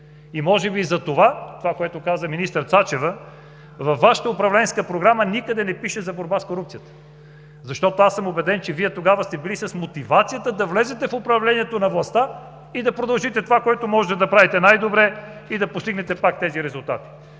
и може би затова, това, което каза министър Цачева, във Вашата управленска програма никъде не пише за борба с корупцията. Защото аз съм убеден, че Вие тогава сте били с мотивацията да влезете в управлението на властта и да продължите това, което може да правите най-добре и да постигнете пак тези резултати.